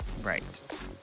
right